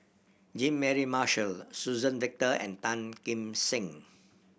Jean Mary Marshall Suzann Victor and Tan Kim Seng